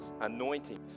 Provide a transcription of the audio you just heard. anointings